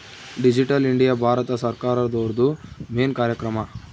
digital India ಭಾರತ ಸರ್ಕಾರ್ದೊರ್ದು main ಕಾರ್ಯಕ್ರಮ